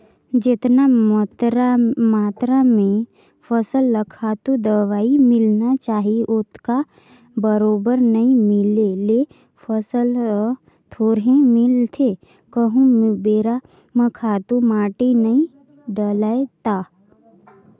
जेतना मातरा में फसल ल खातू, दवई मिलना चाही ओतका बरोबर नइ मिले ले फसल ल थोरहें मिलथे कहूं बेरा म खातू माटी नइ डलय ता